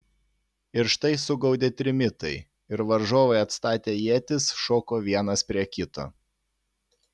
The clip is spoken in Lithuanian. ir štai sugaudė trimitai ir varžovai atstatę ietis šoko vienas prie kito